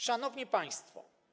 Szanowni Państwo!